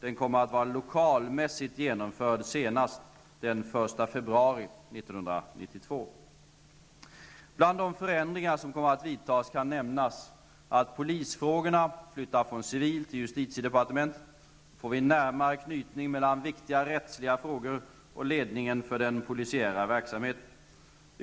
Den kommer att vara lokalmässigt genomförd senast den 1 februari 1992. Bland de förändringar som kommer att vidtas kan nämnas att polisfrågorna flyttar från civil till justitiedepartementet. Därmed åstadkoms bl.a. en närmare knytning mellan viktiga rättsliga frågor och ledningen för den polisiära verksamheten.